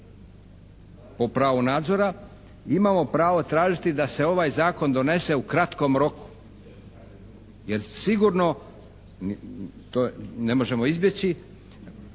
o pravu nadzora imao pravo tražiti da se ovaj zakon donese u kratkom roku jer sigurno to ne možemo izbjeći,